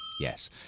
Yes